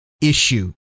issue